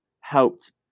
helped